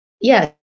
Yes